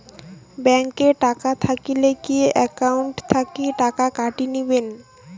Bank এ টাকা থাকিলে কি একাউন্ট থাকি টাকা কাটি নিবেন?